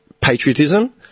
patriotism